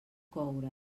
coure